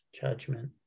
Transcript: judgment